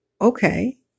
Okay